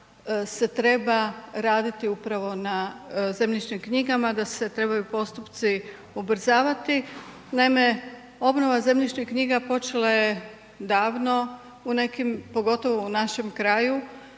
da se treba raditi upravo na zemljišnim knjigama, da se trebaju postupci ubrzavati. Naime, obnova zemljišnih knjiga počela je davno u nekim, pogotovo u našem kraju